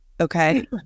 Okay